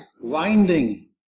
winding